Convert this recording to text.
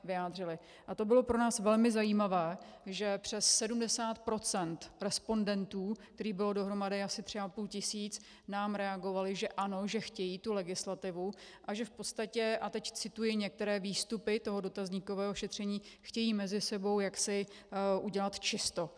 A to bylo pro nás velmi zajímavé, že přes 70 % respondentů, kterých bylo dohromady asi 3,5 tisíce, nám reagovali, že ano, že chtějí tu legislativu a že v podstatě a teď cituji některé výstupy toho dotazníkového šetření chtějí mezi sebou jaksi udělat čisto.